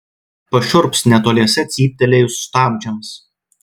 pašiurps netoliese cyptelėjus stabdžiams